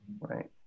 Right